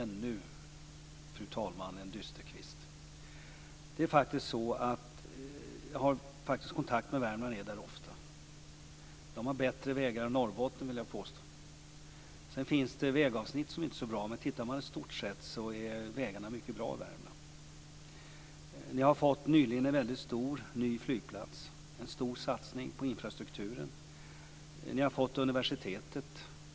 Fru talman! Ännu en dysterkvist. Jag har kontakt med Värmland och är där ofta. Jag vill påstå att de har bättre vägar än Norrbotten. Sedan finns det vägavsnitt som inte är så bra, men om man tittar i stort är vägarna mycket bra i Värmland. Ni har nyligen fått en väldigt stor ny flygplats. Det är en stor satsning på infrastrukturen. Ni har fått universitetet.